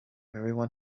everyone